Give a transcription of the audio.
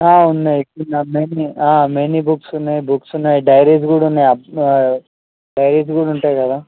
ఉన్నాయి many many books ఉన్నాయి books ఉన్నాయి డైరీస్ కూడా ఉన్నాయి డైరీస్ కూడా ఉంటాయి కదా